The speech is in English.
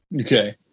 Okay